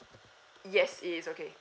yes it is okay